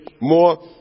more